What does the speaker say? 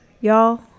Y'all